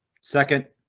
second